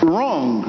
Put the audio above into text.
Wrong